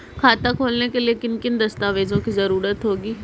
खाता खोलने के लिए किन किन दस्तावेजों की जरूरत होगी?